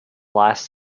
last